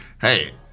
hey